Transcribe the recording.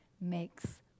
makes